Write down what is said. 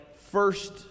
first